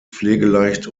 pflegeleicht